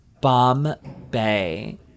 Bombay